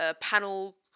panel